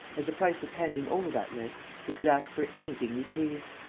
as the price of handing over that list, we could ask for anything we pleased.